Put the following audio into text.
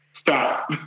stop